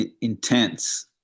intense